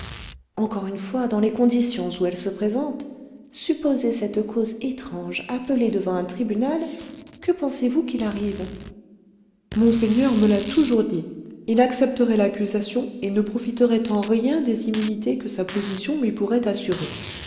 encore une fois dans les conditions où elle se présente supposez cette cause étrange appelée devant un tribunal que pensez-vous qu'il arrive monseigneur me l'a toujours dit il accepterait l'accusation et ne profiterait en rien des immunités que sa position lui pourrait assurer